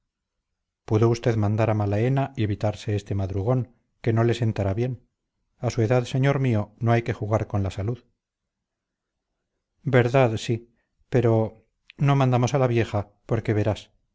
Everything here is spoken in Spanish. pudo usted mandar a malaenay evitarse este madrugón que no le sentará bien a su edad señor mío no hay que jugar con la salud verdad sí pero no mandamos a la vieja porque verás